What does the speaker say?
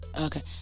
Okay